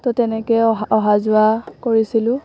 ত' তেনেকে অহা যোৱা কৰিছিলোঁ